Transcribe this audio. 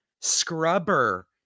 scrubber